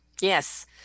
yes